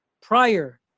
prior